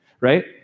right